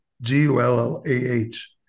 G-U-L-L-A-H